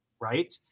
right